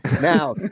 now